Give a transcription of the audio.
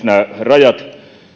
nämä rajat